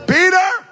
Peter